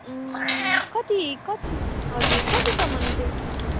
कति कति हजुर कतिसम्म त्यो उठाउने हो